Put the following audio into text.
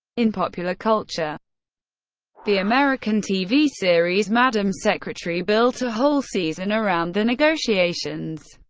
in popular culture the american tv series madam secretary built a whole season around the negotiations.